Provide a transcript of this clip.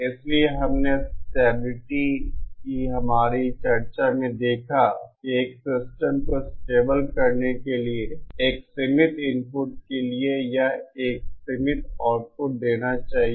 इसलिए हमने स्टेबिलिटी की हमारी चर्चा में देखा कि एक सिस्टम को स्टेबल करने के लिए एक सीमित इनपुट के लिए यह एक सीमित आउटपुट देना चाहिए